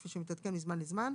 כפי שמתעדכן מזמן לזמן,